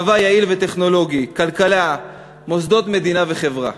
צבא יעיל וטכנולוגי, כלכלה, מוסדות מדינה וחברה.